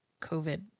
COVID